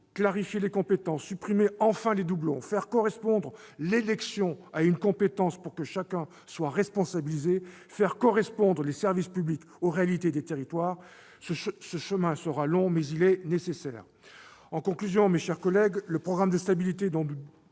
Clarifier les compétences, supprimer- enfin ! -les doublons, faire correspondre l'élection à une compétence pour que chacun soit responsabilisé, faire correspondre les services publics aux réalités des territoires : ce chemin sera long, mais il est nécessaire. En conclusion, mes chers collègues, le programme de stabilité dont nous